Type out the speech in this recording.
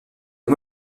une